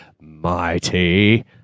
mighty